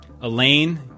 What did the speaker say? Elaine